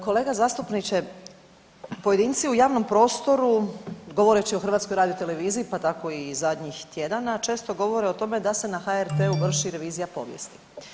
Kolega zastupniče, pojedinci u javnom prostoru govoreći o HRT-u, pa tako i zadnjih tjedana, često govore o tome da se na HRT-u vrši revizija povijesti.